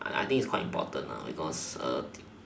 I think it's quite important because